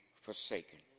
forsaken